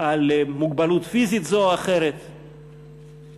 על מוגבלות פיזית זו או אחרת, שכול,